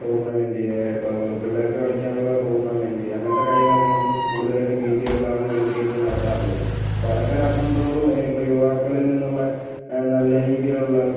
tournament ഇപ്പോൾ പിള്ളേർക്ക് കളിക്കാനുള്ള ടൂർണമെൻറ്റ് അങ്ങനത്തെ കാര്യങ്ങളൊക്കെ നമ്മള് കൂടുതലായിട്ടും ബീച്ച്കളിലാണ് കേന്ദ്രീകരിച്ച് നടത്താറുള്ളത് അപ്പം അതൊക്കെ നടത്തും തോറും ഇപ്പം യുവാക്കളിൽ നിന്നുള്ള നല്ല രീതിയിലുള്ള